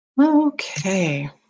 Okay